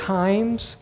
times